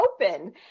open